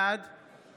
בעד מאיר כהן,